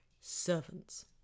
servants